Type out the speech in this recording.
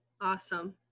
awesome